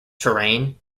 terrain